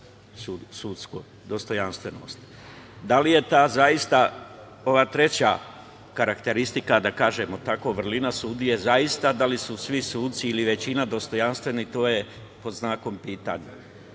tako i dostojanstva sudskog. Da li je ova treća karakteristika, da kažemo tako, vrlina sudije, zaista, da li su svi suci ili većina dostojanstveni, to je pod znakom pitanja.